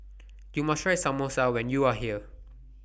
YOU must Try Samosa when YOU Are here